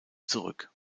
zurück